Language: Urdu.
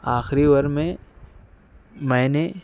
آخری اوور میں میں نے